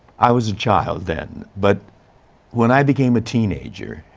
i was a child then, but when i became a teenager